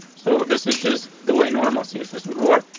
so this is just the way normalcy insisted war.